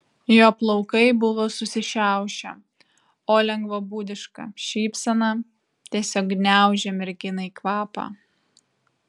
jo plaukai buvo susišiaušę o lengvabūdiška šypsena tiesiog gniaužė merginai kvapą